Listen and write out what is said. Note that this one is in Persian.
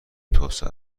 توسعه